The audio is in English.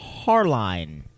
Harline